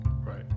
right